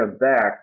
back